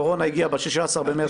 הקורונה הגיעה ב-16 במרץ.